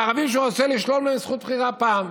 לערבים שהוא רצה לשלול מהם זכות בחירה פעם.